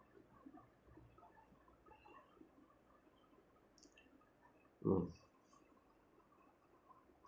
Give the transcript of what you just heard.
oh